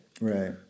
Right